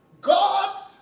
God